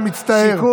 אני מצטער.